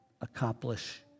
accomplish